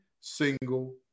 single